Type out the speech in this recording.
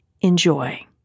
Enjoy